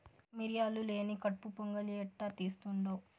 మిరియాలు లేని కట్పు పొంగలి ఎట్టా తీస్తుండావ్